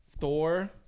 Thor